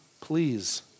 Please